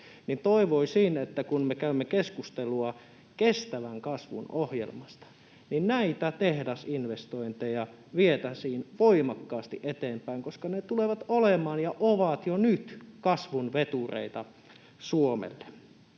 toivoisin, että kun me käymme keskustelua kestävän kasvun ohjelmasta, niin näitä tehdasinvestointeja vietäisiin voimakkaasti eteenpäin, koska ne tulevat olemaan ja ovat jo nyt kasvun vetureita Suomelle.